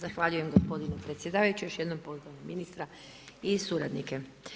Zahvaljujem gospodine predsjedavajući, još jednom pozdravljam ministra i suradnike.